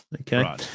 Okay